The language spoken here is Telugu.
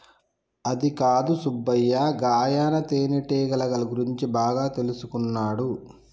అదికాదు సుబ్బయ్య గాయన తేనెటీగల గురించి బాగా తెల్సుకున్నాడు